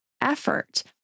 effort